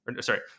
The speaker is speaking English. Sorry